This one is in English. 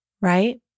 Right